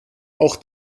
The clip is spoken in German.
auch